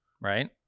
right